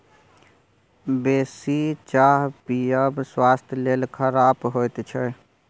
बेसी चाह पीयब स्वास्थ्य लेल खराप होइ छै